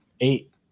Eight